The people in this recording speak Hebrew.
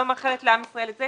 לא מאחלת לעם ישראל את זה